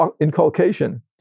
inculcation